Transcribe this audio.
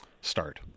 start